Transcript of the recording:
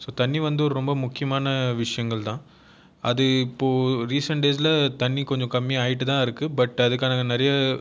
so தண்ணி வந்து ரொம்ப முக்கியமான விஷயங்கள் தான் அது இப்போது ரீசன்டேஸ்சில் தண்ணி கொஞ்சம் கம்மி ஆயிட்டு தான் இருக்கு பட் அதுக்கான நிறைய